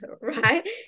right